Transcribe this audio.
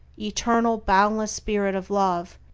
eternal, boundless spirit of love,